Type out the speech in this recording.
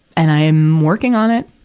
and i am working on it.